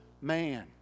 man